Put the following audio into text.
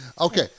Okay